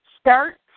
Start